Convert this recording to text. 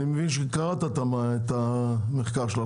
אני מבין שקראת את המחקר שלה.